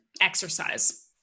exercise